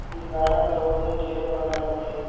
गाड़ा कर ओजन ढेरे बगरा रहथे